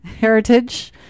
heritage